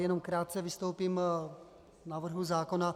Jenom krátce vystoupím k návrhu zákona.